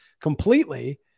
completely